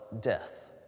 death